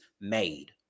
made